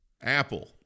Apple